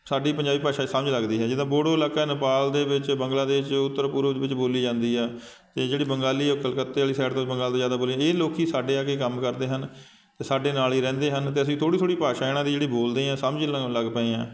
ਸਾਡੀ ਪੰਜਾਬੀ ਭਾਸ਼ਾ 'ਚ ਸਮਝ ਲੱਗਦੀ ਹੈ ਜਿੱਦਾਂ ਬੋਡੋ ਇਲਾਕਾ ਨੇਪਾਲ ਦੇ ਵਿੱਚ ਬੰਗਲਾਦੇਸ਼ 'ਚ ਉੱਤਰ ਪੂਰਵ ਦੇ ਵਿੱਚ ਬੋਲੀ ਜਾਂਦੀ ਆ ਅਤੇ ਜਿਹੜੀ ਬੰਗਾਲੀ ਉਹ ਕਲਕੱਤੇ ਵਾਲੀ ਸਾਈਡ ਤੋਂ ਵੀ ਬੰਗਾਲ ਤੋਂ ਜ਼ਿਆਦਾ ਬੋਲੀ ਇਹ ਲੋਕ ਸਾਡੇ ਆ ਕੇ ਕੰਮ ਕਰਦੇ ਹਨ ਅਤੇ ਸਾਡੇ ਨਾਲ ਹੀ ਰਹਿੰਦੇ ਹਨ ਅਤੇ ਅਸੀਂ ਥੋੜ੍ਹੀ ਥੋੜ੍ਹੀ ਭਾਸ਼ਾ ਇਹਨਾਂ ਦੀ ਜਿਹੜੀ ਬੋਲਦੇ ਹਾਂ ਸਮਝਣ ਲੱਗ ਪਏ ਹਾਂ